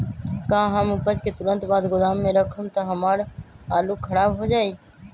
का हम उपज के तुरंत बाद गोदाम में रखम त हमार आलू खराब हो जाइ?